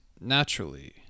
naturally